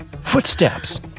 Footsteps